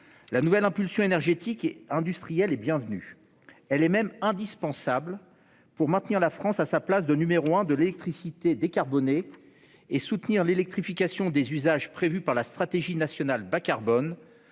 la nouvelle impulsion énergétique et industrielle est bienvenue. Elle est même indispensable au maintien de la France à sa place de numéro un de l'électricité décarbonée et au soutien de l'électrification des usages prévue par la stratégie nationale bas-carbone,